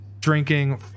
drinking